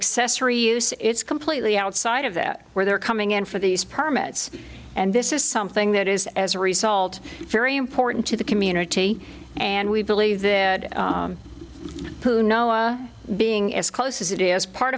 accessory use it's completely outside of that where they're coming in for these permits and this is something that is as a result very important to the community and we believe that to noah being as close as it is part